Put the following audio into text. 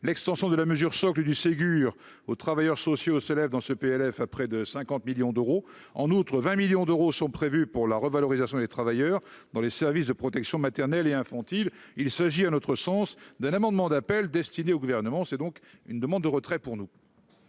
l'extension de la mesure choc du Ségur aux travailleurs sociaux s'élève dans ce PLF à près de 50 millions d'euros en outre 20 millions d'euros sont prévus pour la revalorisation des travailleurs dans les services de protection maternelle et infantile, il s'agit, à notre sens, d'un amendement d'appel destiné au gouvernement, c'est donc une demande de retrait pour nous.